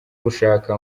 gushaka